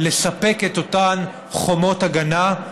לספק את אותן חומות הגנה,